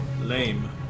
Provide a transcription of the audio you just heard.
Lame